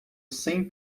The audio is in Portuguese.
sem